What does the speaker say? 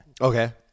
okay